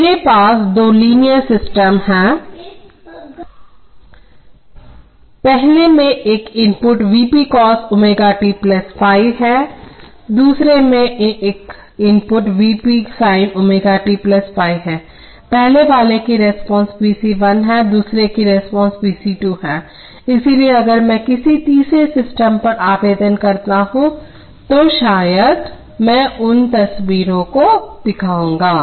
मेरे पास दो लीनियर सिस्टम हैं पहले वाले में एक input V p cos ω t ϕ है दूसरे में एक इनपुटV p sin ω t ϕ है पहले वाले की रिस्पांस V c 1 है दूसरे की रिस्पांस V c 2 है इसलिएअगर मैं किसी तीसरे सिस्टम पर आवेदन करता हूं तो शायद मैं उन तस्वीरों को दिखाऊंगा